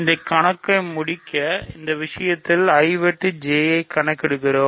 இந்த கணக்கை முடிக்க இந்த விஷயத்தில் I வெட்டு J ஐ கணக்கிடுவோம்